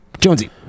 Jonesy